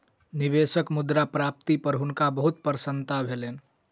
निवेशक मुद्रा प्राप्ति पर हुनका बहुत प्रसन्नता भेलैन